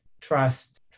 trust